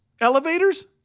elevators